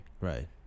right